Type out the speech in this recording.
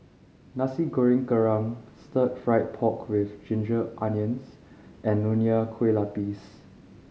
Nasi Goreng Kerang Stir Fried Pork With Ginger Onions and Nonya Kueh Lapis